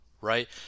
right